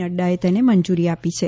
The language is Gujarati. નફાએ તેને મંજૂરી આપી છે